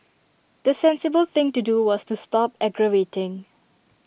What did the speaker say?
the sensible thing to do was to stop aggravating